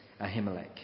Ahimelech